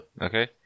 Okay